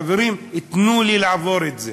חברים, תנו לי לעבור את זה.